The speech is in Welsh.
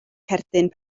cerdyn